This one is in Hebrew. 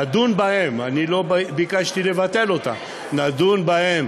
נדון בהן, אני לא ביקשתי לבטל אותן, נדון בהן